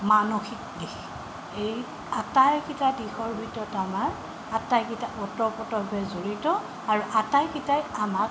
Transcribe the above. মানসিক দিশ এই আটাইকেইটা দিশৰ ভিতৰত আমাৰ আটাইকেইটা উত পুতভাৱে জড়িত আৰু আটাইকেইটাই আমাক